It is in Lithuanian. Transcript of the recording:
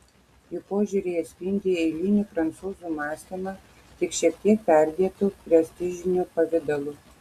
jų požiūriai atspindi eilinių prancūzų mąstymą tik šiek tiek perdėtu prestižiniu pavidalu